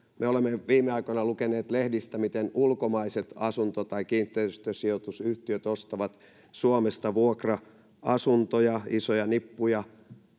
me olemme viime aikoina lukeneet lehdistä miten ulkomaiset asunto tai kiinteistösijoitusyhtiöt ostavat suomesta vuokra asuntoja isoja nippuja